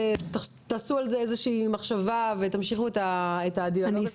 שכדאי שתעשו על זה איזו שהיא מחשבה ותמשיכו את הדיאלוג הזה.